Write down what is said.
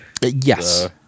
yes